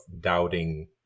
doubting